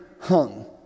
hung